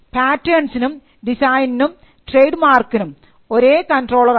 പാറ്റേൺസിനും ഡിസൈനും ട്രേഡ് മാർക്കിനും ഒരേ കൺട്രോളർ ആണ്